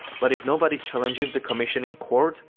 but if nobody challenges the commission in court,